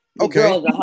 Okay